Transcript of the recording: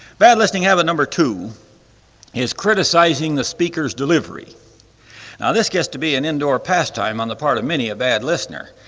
bad listening habit number two is criticizing the speaker's delivery. now this gets to be an indoor pastime on the part of many a bad listener.